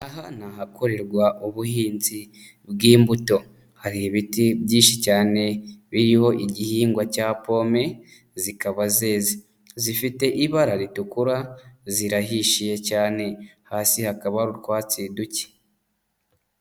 Aha ni ahakorerwa ubuhinzi bw'imbuto hari ibiti byinshi cyane biriho igihingwa cya pome zikaba zeze, zifite ibara ritukura, zirahishiye cyane hasi hakaba hari utwatsi duke.